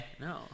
No